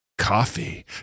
Coffee